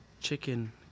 chicken